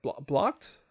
blocked